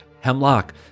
Hemlock